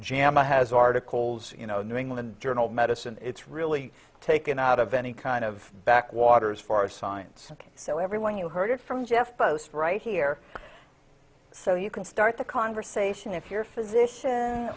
jama has articles you know new england journal of medicine it's really taken out of any kind of back waters for science so everyone you heard from jeff post right here so you can start the conversation if your physician